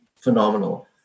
phenomenal